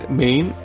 main